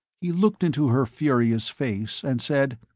he looked into her furious face and said,